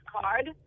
card